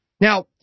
Now